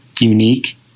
unique